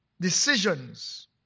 decisions